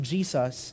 Jesus